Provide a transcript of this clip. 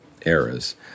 eras